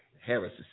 Harris